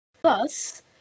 Plus